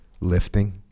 Lifting